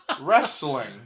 wrestling